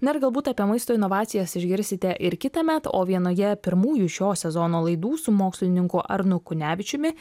na ir galbūt apie maisto inovacijas išgirsite ir kitąmet o vienoje pirmųjų šio sezono laidų su mokslininku arnu kunevičiumi